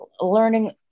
Learning